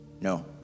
no